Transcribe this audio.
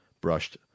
brushed